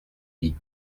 lui